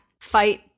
fight